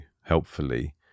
helpfully